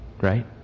right